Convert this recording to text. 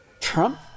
Trump